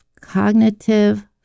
cognitive